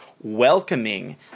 welcoming